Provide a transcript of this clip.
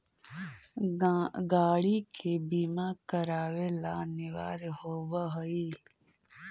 गाड़ि के बीमा करावे ला अनिवार्य होवऽ हई